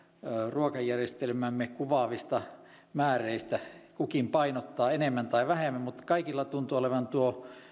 ruokajärjestelmäämme kuvaavista määreistä kukin painottaa enemmän tai vähemmän mutta kaikilla tuntui olevan tuo